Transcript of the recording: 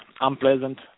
unpleasant